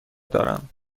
دارم